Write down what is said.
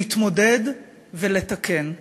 להתמודד ולתקן.